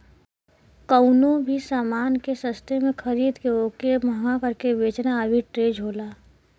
कउनो भी समान के सस्ते में खरीद के वोके महंगा करके बेचना आर्बिट्रेज होला